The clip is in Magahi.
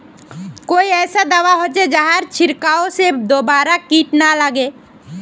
कोई ऐसा दवा होचे जहार छीरकाओ से दोबारा किट ना लगे?